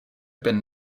been